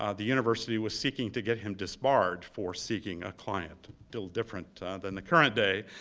ah the university was seeking to get him disbarred for seeking a client. different than the current day.